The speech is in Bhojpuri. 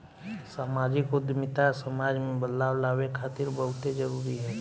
सामाजिक उद्यमिता समाज में बदलाव लावे खातिर बहुते जरूरी ह